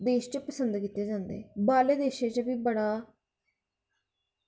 best पसंद कीते जंदे बाह्रलें देश च बी बड़ा